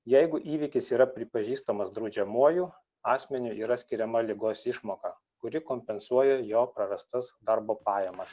jeigu įvykis yra pripažįstamas draudžiamuoju asmeniu yra skiriama ligos išmoka kuri kompensuoja jo prarastas darbo pajamas